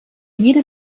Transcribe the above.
jede